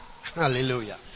hallelujah